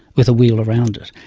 with a wheel around it.